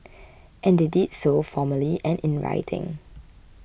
and they did so formally and in writing